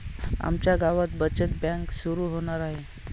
आमच्या गावात बचत बँक सुरू होणार आहे